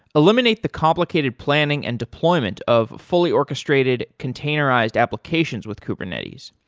eliminate the complicated planning and deployment of fully orchestrated containerized applications with kubernetes.